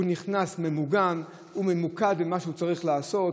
הוא נכנס ממוגן, הוא ממוקד במה שהוא צריך לעשות.